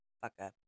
fuck-up